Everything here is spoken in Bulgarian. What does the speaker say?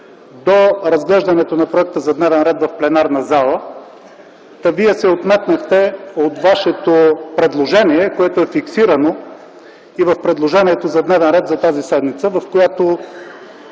до разглеждането на Проекта за дневен ред в пленарната зала, та Вие се отметнахте от Вашето предложение, което е фиксирано и в предложението за дневен ред за тази седмица, в което